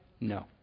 No